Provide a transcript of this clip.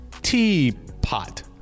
teapot